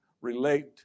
relate